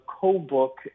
co-book